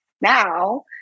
now